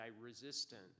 resistant